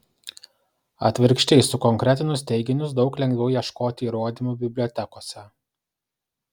atvirkščiai sukonkretinus teiginius daug lengviau ieškoti įrodymų bibliotekose